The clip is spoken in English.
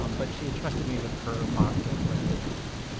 um but she entrusted me with her box of recipes.